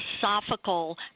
philosophical